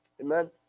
Amen